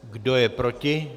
Kdo je proti?